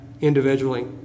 individually